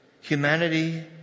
Humanity